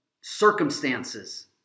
circumstances